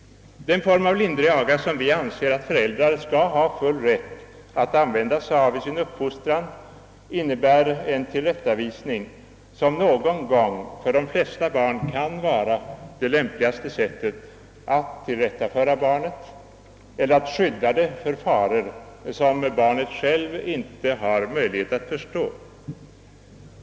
Den form av lindrig aga, som vi anser att föräldrar skall ha full rätt att använda vid uppfostran av sina barn, innebär en tillrättavisning, som någon gång kan vara det lämpligaste sättet att tillrättaföra de flesta barn eller att skydda barnen för faror som de själva inte har möjlighet att förstå.